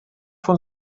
von